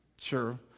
Sure